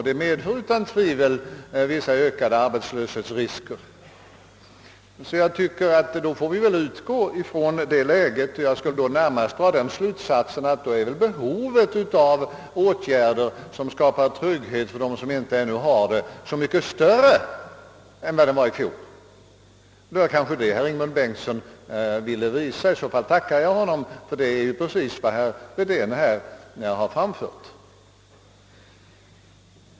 Det medför utan tvekan ökade arbetslöshetsrisker, och då får vi väl också utgå från det läget. Jag vill närmast dra den slutsatsen att behovet av åtgärder, som skapar trygghet för dem som ännu inte har sådan, är större än det var i fjol. Det var kanske det som herr Ingemund Bengtsson ville säga; i så fall tackar jag honom, ty det är precis vad herr Wedén anförde.